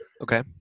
Okay